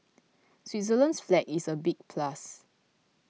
Switzerland's flag is a big plus